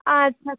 अच्छा